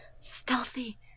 Stealthy